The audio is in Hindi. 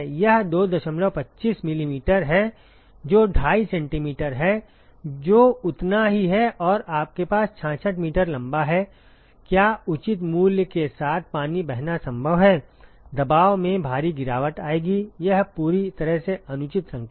यह 225 मिलीमीटर है जो ढाई सेंटीमीटर है जो उतना ही है और आपके पास 66 मीटर लंबा है क्या उचित मूल्य के साथ पानी बहना संभव है दबाव में भारी गिरावट आएगी यह पूरी तरह से अनुचित संख्या है